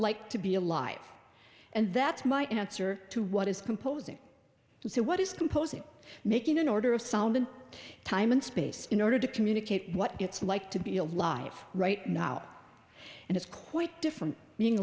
like to be alive and that's my answer to what is composing so what is composing making an order of sound in time and space in order to communicate what it's like to be alive right now out and it's quite